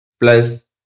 plus